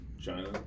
China